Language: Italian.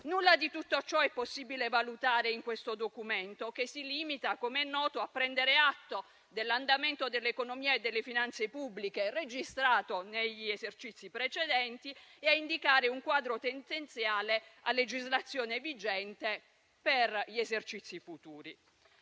Nulla di tutto ciò è possibile valutare in questo Documento che - come è noto - si limita a prendere atto dell'andamento dell'economia e delle finanze pubbliche registrato negli esercizi precedenti e a indicare un quadro tendenziale, a legislazione vigente, per gli esercizi futuri.